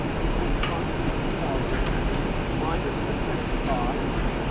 equals contribution. margin minus your fixed costs